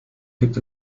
gibt